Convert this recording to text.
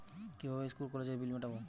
কিভাবে স্কুল কলেজের বিল মিটাব?